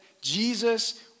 Jesus